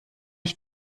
ich